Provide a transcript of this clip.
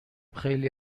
خیلی